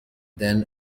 then